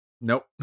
nope